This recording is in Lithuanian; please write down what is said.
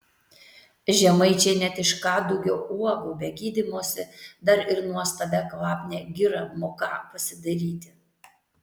žemaičiai net iš kadugio uogų be gydymosi dar ir nuostabią kvapnią girą moką pasidaryti